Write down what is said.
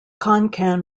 konkan